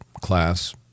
class